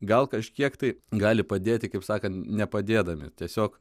gal kažkiek tai gali padėti kaip sakant nepadėdami tiesiog